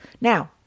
Now